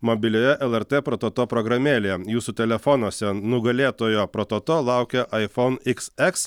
mobilioje lrt prototo programėlėje jūsų telefonuose nugalėtojo prototo laukia iphone iks eks